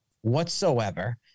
whatsoever